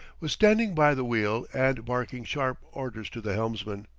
was standing by the wheel and barking sharp orders to the helmsman.